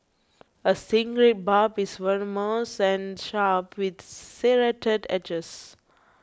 a stingray's barb is venomous and sharp with serrated edges